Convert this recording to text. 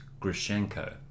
Grishenko